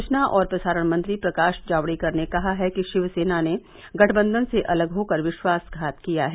सूचना और प्रसारण मंत्री प्रकाश जावड़ेकर ने कहा है कि शिवसेना ने गठबंधन से अलग होकर विश्वासघात किया है